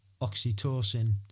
oxytocin